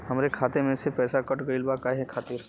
हमरे खाता में से पैसाकट गइल बा काहे खातिर?